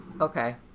Okay